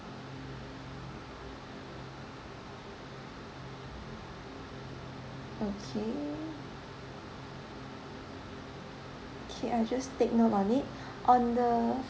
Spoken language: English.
okay okay I'll just take note on it on the